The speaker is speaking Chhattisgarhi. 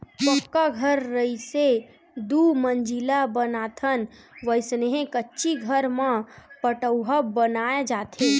पक्का घर जइसे दू मजिला बनाथन वइसने कच्ची घर म पठउहाँ बनाय जाथे